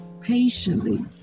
patiently